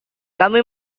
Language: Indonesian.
kami